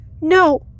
No